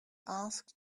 asked